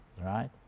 right